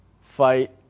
fight